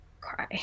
cry